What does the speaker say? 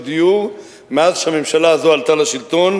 דיור מאז עלתה הממשלה הזאת לשלטון,